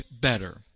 better